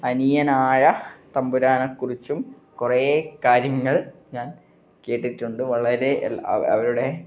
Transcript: അനിയനായ തമ്പുരാനെ കുറിച്ചും കുറേ കാര്യങ്ങൾ ഞാൻ കേട്ടിട്ടുണ്ട് വളരെ അല്ല അവ അവരുടെ